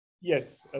Yes